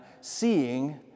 seeing